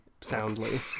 soundly